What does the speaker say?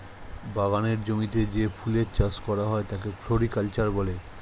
বাগানের জমিতে যে ফুলের চাষ করা হয় তাকে ফ্লোরিকালচার বলে